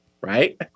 right